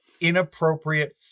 inappropriate